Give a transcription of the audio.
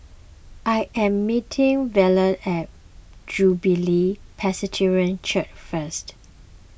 I am meeting Verlie at Jubilee Presbyterian Church first